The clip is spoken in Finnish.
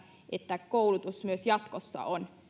että koulutus myös jatkossa on